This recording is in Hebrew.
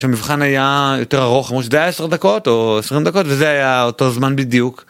שהמבחן היה יותר ארוך כמו שזה היה עשרה דקות או עשרים דקות וזה היה אותו זמן בדיוק.